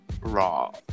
Raw